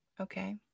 Okay